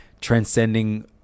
transcending